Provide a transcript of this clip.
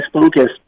focused